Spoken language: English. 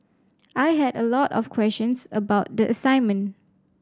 I had a lot of questions about the assignment